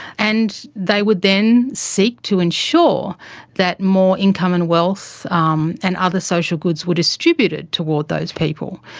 and they would then seek to ensure that more income and wealth um and other social goods were distributed toward those people.